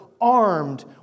armed